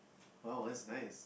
!wow! that's nice